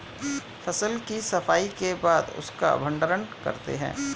फसल की सफाई के बाद उसका भण्डारण करते हैं